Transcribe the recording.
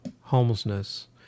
homelessness